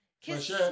Kiss